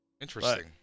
Interesting